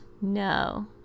No